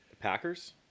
Packers